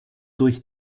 durch